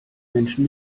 menschen